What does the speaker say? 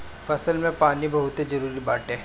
फसल में पानी बहुते जरुरी बाटे